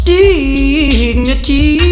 dignity